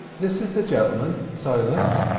this is the gentleman, silas,